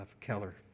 Keller